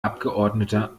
abgeordneter